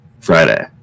Friday